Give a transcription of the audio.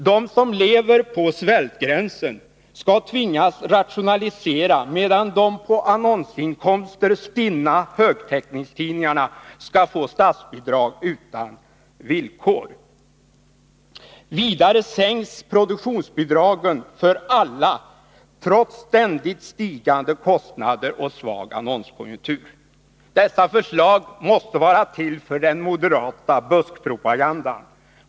De som lever på svältgränsen skall tvingas rationalisera, medan de på annonsinkomster stinna högtäckningstidningarna skall få statsbidrag utan villkor. Vidare sänks produktionsbidragen för alla, trots ständigt stigande kostnader och svag annonskonjunktur. Dessa förslag måste vara till för den moderata buskpropagandan.